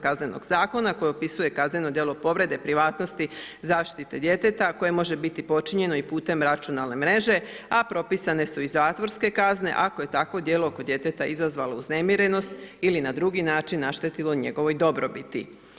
Kaznenog zakona koji opisuje kazneno djelo povrede privatnosti zaštite djeteta koje može biti počinjeno i putem računalne mreže, a propisane su i zatvorske kazne ako je takvo djelo kod djeteta izazvalo uznemirenost ili na drugi način naštetilo njegovoj dobrobiti.